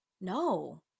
No